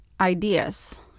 ideas